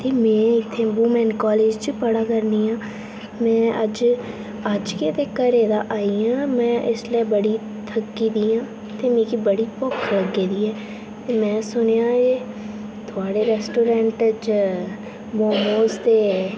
ते में इत्थें वूमेन कालेज च पढ़ै करनी आं में अज्ज अज्ज गै घरै दा आई आं में इसलै बड़ी थक्की दी आं ते मिकी बड़ी भुक्ख लग्गी दी ऐ ते में सुनेआ ऐ थुआड़े रेस्टोरेंट च मोमोज ते